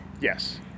Yes